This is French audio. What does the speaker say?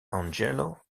angelo